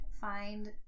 Find